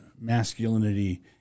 masculinity